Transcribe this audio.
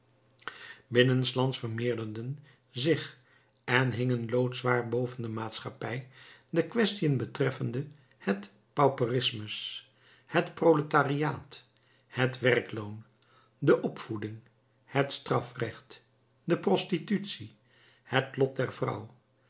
binnenslands vermeerderden zich en hingen loodzwaar boven de maatschappij de quaestiën betreffende het pauperismus het proletariaat het werkloon de opvoeding het strafrecht de prostitutie het lot der vrouw